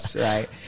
right